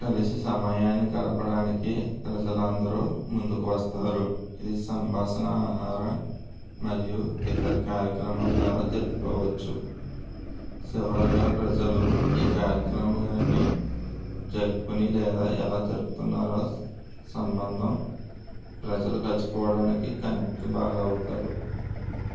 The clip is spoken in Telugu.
కలిసి సమయాన్ని కలపడానికి ప్రజలు అందరూ ముందుకు వస్తారు ఈ సంభాషణ ఆహార మరియు ఇతర కార్యక్రమాల ద్వారా జరుపుకోవచ్చు చివరగా ప్రజలు ఈ కార్యక్రమాన్ని జరుపుకొని లేదా ఎలా జరుపుతున్నారో సంబంధం ప్రజలు కలిసిపోవడానికి కనెక్ట్ బాగా అవుతారు